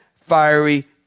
fiery